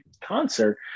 concert